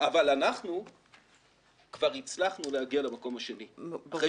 אבל אנחנו כבר הצלחנו להגיע למקום השני אחרי